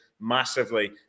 massively